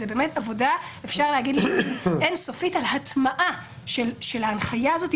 זוהי עבודה אין-סופית על ההטמעה של ההנחיה הזו,